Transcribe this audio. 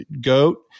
goat